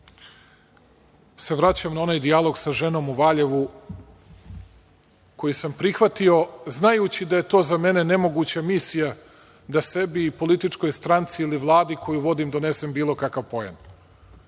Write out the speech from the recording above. se vraćam na onaj dijalog sa ženom u Valjevu, koji sam prihvatio, znajući da je to za mene nemoguća misija, da sebi i političkoj stranci ili Vladi koju vodim donesem bilo kakav poen.